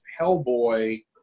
Hellboy